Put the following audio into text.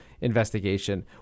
investigation